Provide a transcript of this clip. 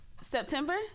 September